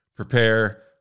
prepare